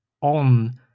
on